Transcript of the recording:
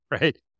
right